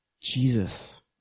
Jesus